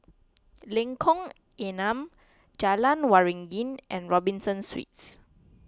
Lengkong Enam Jalan Waringin and Robinson Suites